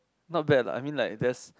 not bad lah I mean like there's